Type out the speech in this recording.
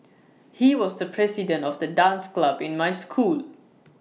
he was the president of the dance club in my school